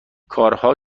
کارها